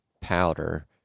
powder